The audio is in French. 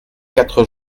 quatre